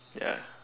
ya